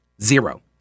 Zero